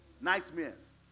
Nightmares